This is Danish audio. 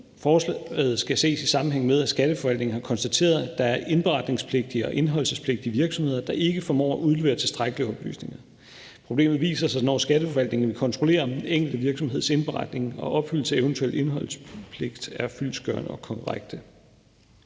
Forslaget skal ses i sammenhæng med, at Skatteforvaltningen har konstateret, at der er indberetningspligtige og indeholdelsespligtige virksomheder, der ikke formår at udlevere tilstrækkelige oplysninger. Problemet viser sig, når Skatteforvaltningen kontrollerer, om den enkelte virksomheds indberetning og opfyldelse af eventuel indeholdelsespligt er fyldestgørende og korrekt.